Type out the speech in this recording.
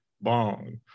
Bong